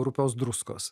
rupios druskos